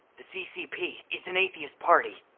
the ccp is an atheist party,